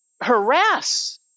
harass